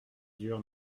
dur